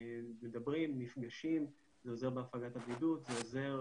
מדברים, נפגשים, זה עוזר